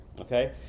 okay